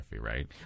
right